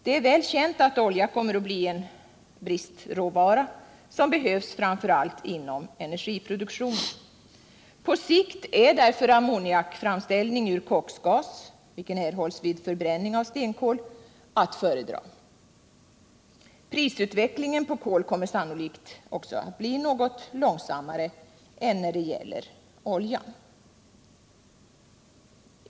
Det är väl känt att olja kommer att bli en bristråvara som behövs framför allt inom energiproduktionen. På sikt är därför ammoniakframställning ur koksgas, vilken erhålls vid förbränning av stenkol, att föredra. Prisutvecklingen på kol kommer sannolikt också att bli något långsammare än när det gäller oljan.